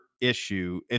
issue